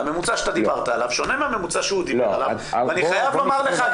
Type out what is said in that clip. הממוצע שדיברת עליו שונה מהממוצע שהוא דיבר עליו ואני חייב לומר לך,